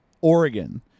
Oregon